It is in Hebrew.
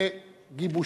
אין מתנגדים,